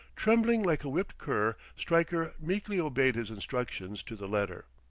trembling like a whipped cur, stryker meekly obeyed his instructions to the letter.